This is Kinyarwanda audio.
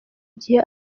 gihe